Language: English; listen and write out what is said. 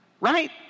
right